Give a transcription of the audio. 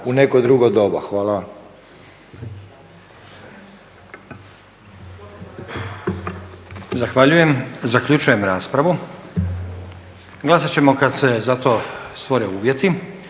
u neko drugo doba. Hvala.